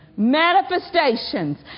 Manifestations